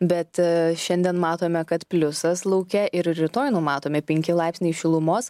bet šiandien matome kad pliusas lauke ir rytoj numatomi penki laipsniai šilumos